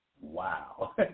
wow